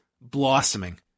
blossoming